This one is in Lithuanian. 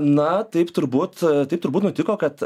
na taip turbūt taip turbūt nutiko kad